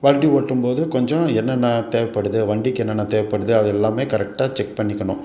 வண்டி ஓட்டும் போது கொஞ்சம் என்னென்ன தேவைப்படுது வண்டிக்கு என்னென்ன தேவைப்படுது அதெல்லாமே கரெக்டாக செக் பண்ணிக்கணும்